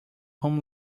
whom